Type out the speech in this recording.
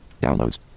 Downloads